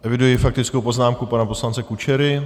Eviduji faktickou poznámku pana poslance Kučery.